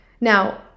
Now